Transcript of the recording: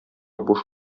буш